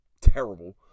terrible